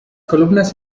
columnas